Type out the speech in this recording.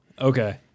okay